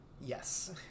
Yes